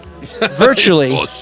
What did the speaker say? virtually